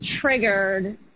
triggered